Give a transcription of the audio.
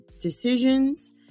decisions